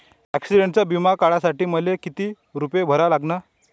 ॲक्सिडंटचा बिमा काढा साठी मले किती रूपे भरा लागन?